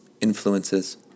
Influences